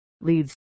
Leads